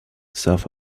south